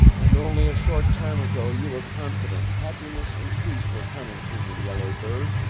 and only a short time ago you were confident happiness and peace were coming to me, yellow bird,